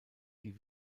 die